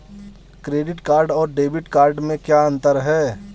Credit card और debit card में क्या अंतर है?